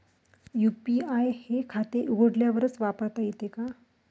UPI हे खाते उघडल्यावरच वापरता येते का?